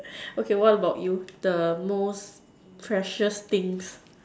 okay what about you the most precious things